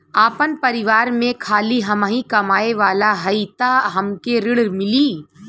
आपन परिवार में खाली हमहीं कमाये वाला हई तह हमके ऋण मिली?